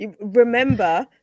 Remember